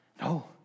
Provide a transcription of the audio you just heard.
No